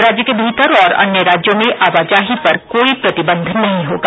राज्य के भीतर और अन्य राज्यों में आवाजाही पर कोई प्रतिबन्ध नहीं होगा